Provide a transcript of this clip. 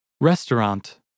Restaurant